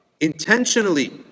intentionally